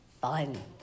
fun